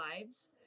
lives